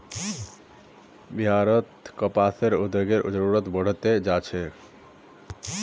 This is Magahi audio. बिहारत कपास उद्योगेर जरूरत बढ़ त जा छेक